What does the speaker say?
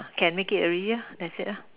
can make it already ya that's it lah